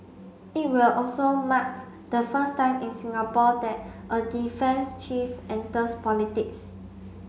it will also mark the first time in Singapore that a defence chief enters politics